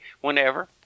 whenever